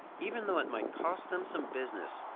even though it might cost them some business,